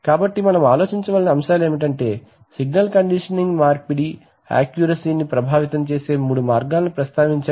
కాబట్టి మనము ఆలోచించవలసిన అంశాలు ఏమిటంటే సిగ్నల్ కండిషనింగ్ మార్పిడియాక్యూరసీ ని ప్రభావితం చేసే మూడు మార్గాలను ప్రస్తావించండి